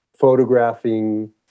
photographing